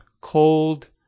cold